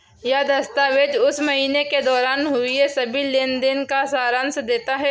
यह दस्तावेज़ उस महीने के दौरान हुए सभी लेन देन का सारांश देता है